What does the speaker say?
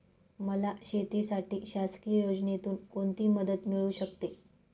मला शेतीसाठी शासकीय योजनेतून कोणतीमदत मिळू शकते?